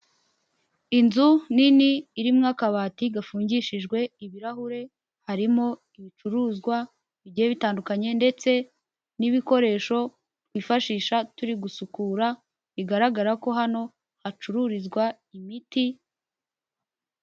Inzu nini irimo akabati gafungishijwe ibirahure harimo ibicuruzwa bigiye bitandukanye, ndetse n'ibikoresho ifashisha turi gusukura bigaragara ko hano hacururizwa imiti.